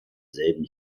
selben